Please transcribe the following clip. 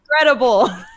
incredible